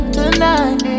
tonight